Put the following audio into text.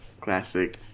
classic